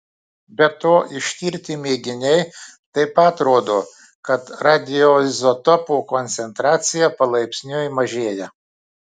be to ištirti mėginiai taip pat rodo kad radioizotopo koncentracija palaipsniui mažėja